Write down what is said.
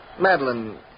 Madeline